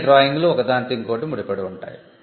అన్ని డ్రాయింగ్లు ఒక దానితో ఇంకొకటి ముడి పడి ఉంటాయి